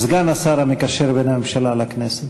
סגן השר המקשר בין הממשלה לכנסת.